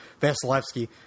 Vasilevsky